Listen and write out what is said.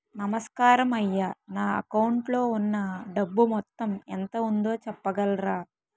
నమస్కారం అయ్యా నా అకౌంట్ లో ఉన్నా డబ్బు మొత్తం ఎంత ఉందో చెప్పగలరా?